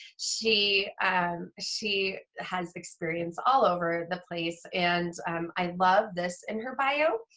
she she has experience all over the place and i love this in her bio,